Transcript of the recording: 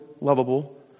lovable